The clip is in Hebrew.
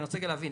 אני רוצה להבין,